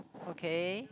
okay